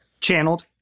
channeled